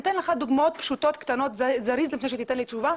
ניתן לך דוגמאות פשוטות קטנות לפני שתיתן לי תשובה: